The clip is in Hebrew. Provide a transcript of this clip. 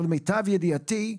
למיטב ידיעתי,